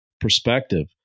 perspective